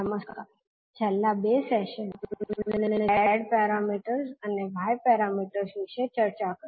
નમસ્કાર છેલ્લા બે સેશન માં આપણે z પેરામીટર્સ અને y પેરામીટર્સ વિશે ચર્ચા કરી